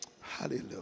Hallelujah